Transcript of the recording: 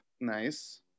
Nice